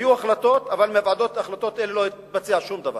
היו החלטות, אבל מהחלטות אלה לא התבצע שום דבר.